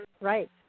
Right